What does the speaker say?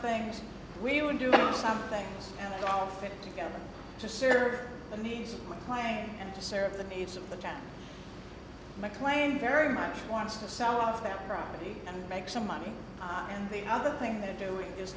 things we would do something and all fit together to serve the needs of mclean and to serve the needs of the john mcclane very much wants to sell off their property and make some money and the other thing they're doing is